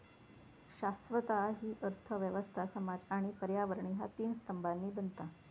शाश्वतता हि अर्थ व्यवस्था, समाज आणि पर्यावरण ह्या तीन स्तंभांनी बनता